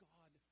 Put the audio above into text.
God